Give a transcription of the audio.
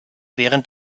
während